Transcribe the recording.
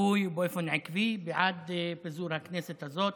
כצפוי ובאופן עקבי, בעד פיזור הכנסת הזאת